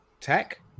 tech